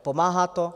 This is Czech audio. Pomáhá to?